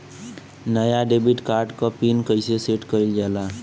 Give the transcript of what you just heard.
नया debit card क PIN कईसे सेट कईल जाला?